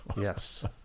Yes